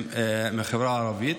הם מהחברה הערבית.